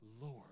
Lord